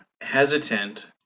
hesitant